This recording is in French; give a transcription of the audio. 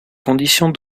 conditions